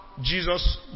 Jesus